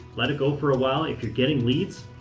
let it go for a while. if you're getting leads,